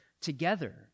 together